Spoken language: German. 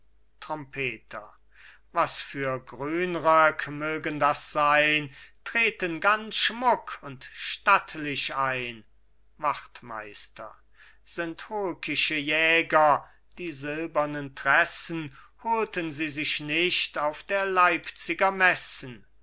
trompeter was für grünröck mögen das sein treten ganz schmuck und stattlich ein wachtmeister sind holkische jäger die silbernen tressen holten sie sich nicht auf der leipziger messen